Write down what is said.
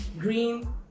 green